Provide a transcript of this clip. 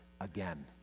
again